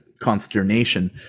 consternation